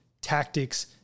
tactics